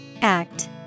Act